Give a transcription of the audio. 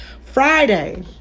Friday